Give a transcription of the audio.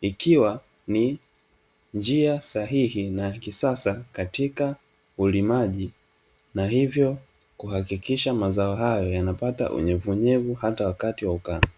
ikiwa ni njia sahihi na ya kisasa katika ulimaji na hivyo kuhakikisha mazao hayo yanapata unyevunyevu hata wakati wa ukame.